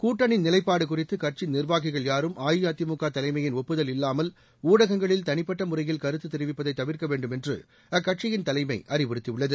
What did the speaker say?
கூட்டணி நிலைப்பாடு குறித்து கட்சி நிர்வாகிகள் யாரும் அஇஅதிமுக தலைமையின் ஒப்புதல் இல்லாமல் ஊடகங்களில் தனிப்பட்ட முறையில் கருத்து தெரிவிப்பதை தவிர்க்க வேண்டும் என்று அக்கட்சியின் தலைமை அறிவுறுத்தியுள்ளது